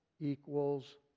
equals